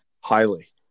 Highly